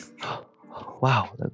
Wow